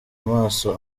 amaso